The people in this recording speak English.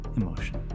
emotion